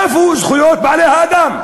איפה זכויות בעלי-החיים?